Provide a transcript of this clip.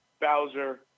Bowser